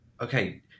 okay